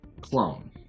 clone